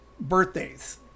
birthdays